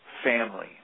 family